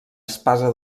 espasa